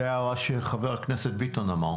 זו ההערה שחבר הכנסת ביטון אמר.